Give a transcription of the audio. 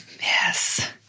Yes